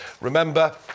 remember